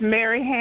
Mary